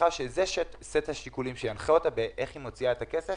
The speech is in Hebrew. וזה סט השיקולים שינחה אותה איך היא מוציאה את הכסף